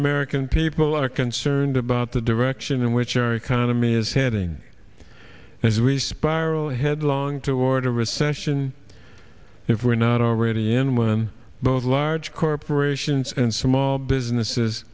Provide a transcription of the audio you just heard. american people are concerned about the direction in which our economy is heading as we spiral headlong toward a recession if we're not already in one both large corporations and small businesses